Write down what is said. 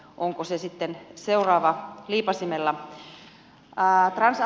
onko se sitten seuraava liipaisimella